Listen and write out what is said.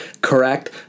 correct